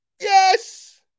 Yes